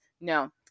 no